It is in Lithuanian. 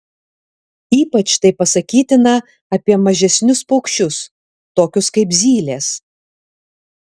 ypač tai pasakytina apie mažesnius paukščius tokius kaip zylės